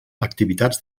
activitats